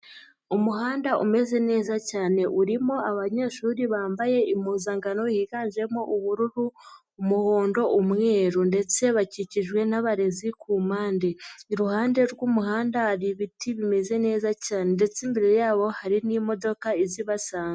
Umuhanda umeze neza cyane urimo abanyeshuri bambaye impuzankano yiganjemo ubururu, umuhondo, umweru ndetse bakikijwe n'abarezi ku mpande, iruhande rw'umuhanda hari ibiti bimeze neza cyane ndetse imbere yabo hari n'imodoka iza ibasanga.